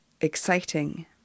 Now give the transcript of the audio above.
exciting